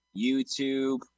YouTube